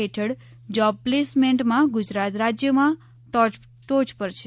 હેઠળ જોબ પ્લેસમેન્ટમાં ગુજરાત રાજ્યોમાં ટોચ પર છે